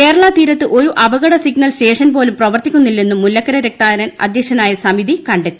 കേരളാ തീരത്ത് ഒരു അപകട സിഗ്നൽ സ്റ്റേഷൻ പോലും പ്രവർത്തിക്കുന്നില്ലെന്നും മുല്ലക്കര രത്നാകരൻ അധ്യക്ഷനായ സമിതി കണ്ടെത്തി